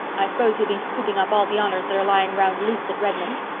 i s'pose you'll be scooping up all the honors that are lying round loose at redmond.